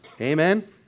amen